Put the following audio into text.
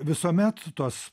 visuomet tuos